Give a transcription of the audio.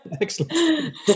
Excellent